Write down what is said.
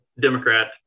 Democrat